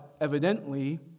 evidently